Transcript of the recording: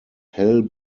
hell